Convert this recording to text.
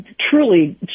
truly